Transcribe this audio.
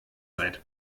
seid